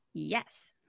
Yes